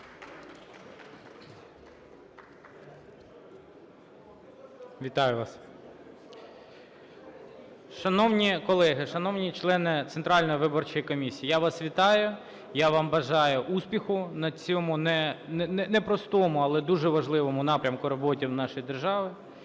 Вітаю вас. Шановні колеги, шановні члени Центральної виборчої комісії, я вас вітаю. Я вам бажаю успіху на цьому не простому, але дуже важливому напрямку роботи в нашій державі.